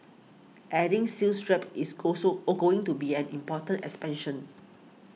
adding sales reps is go so a going to be an important expansion